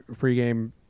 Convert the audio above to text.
pregame